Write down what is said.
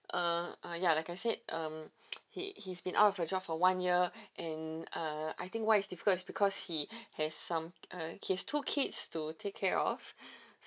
uh uh ya like I said um he he's been out of a job for one year and uh I think what is difficult because he has some uh his two kids to take care of